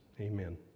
Amen